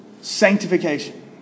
sanctification